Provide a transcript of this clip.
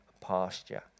pasture